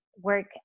work